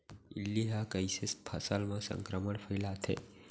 इल्ली ह कइसे फसल म संक्रमण फइलाथे?